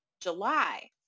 July